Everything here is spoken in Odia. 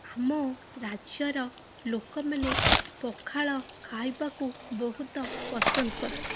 ଆମ ରାଜ୍ୟର ଲୋକମାନେ ପଖାଳ ଖାଇବାକୁ ବହୁତ ପସନ୍ଦ କରନ୍ତି